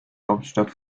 hauptstadt